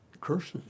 curses